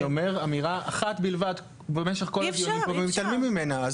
אני אומר אמירה אחת בלבד במשך כל הדיונים פה ומתעלמים ממנה.